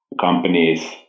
companies